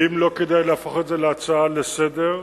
האם לא כדאי להפוך את זה להצעה לסדר-היום?